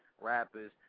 rappers